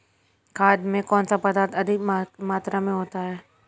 खाद में कौन सा पदार्थ अधिक मात्रा में होता है?